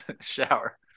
shower